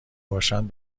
باشند